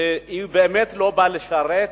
והיא באמת לא באה לשרת